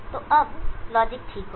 तो अब लॉजिक ठीक होगा